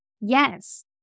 Yes